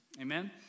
Amen